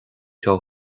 seo